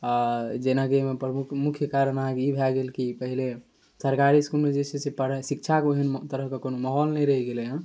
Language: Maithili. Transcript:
जेनाकि एहिमे प्रमुख मुख्य कारण अहाँके ई भऽ गेल कि पहिले सरकारी इसकुलमे जे छै से पढ़ाइ शिक्षाके ओहन तरहके कोनो माहौल नहि रहि गेलै हँ